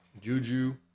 Juju